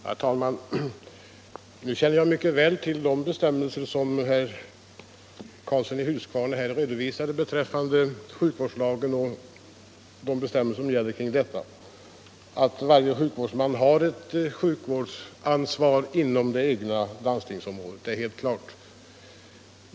Herr talman! Nu känner jag mycket väl till de bestämmelser som herr Karlsson i Huskvarna här redovisade beträffande sjukvårdslagen. Att varje sjukvårdshuvudman har ett sjukvårdsansvar inom det egna landstingsområdet är helt klart.